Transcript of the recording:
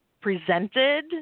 presented